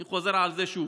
אני חוזר על זה שוב: